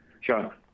Sure